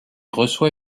reçoit